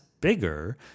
bigger